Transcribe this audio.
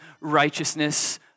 righteousness